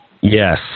Yes